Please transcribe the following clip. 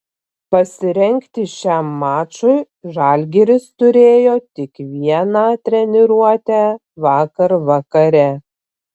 pasirengti šiam mačui žalgiris turėjo tik vieną treniruotę vakar vakare